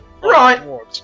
right